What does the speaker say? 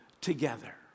together